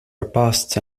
robust